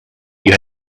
you